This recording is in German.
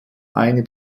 eine